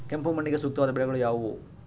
ಕೆಂಪು ಮಣ್ಣಿಗೆ ಸೂಕ್ತವಾದ ಬೆಳೆಗಳು ಯಾವುವು?